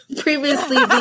Previously